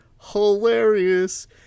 hilarious